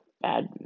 bad